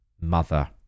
mother